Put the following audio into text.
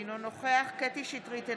אינו נוכח קטי קטרין שטרית,